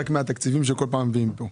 רק מהתקציבים שכל פעם מביאים פה.